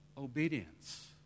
Obedience